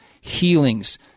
healings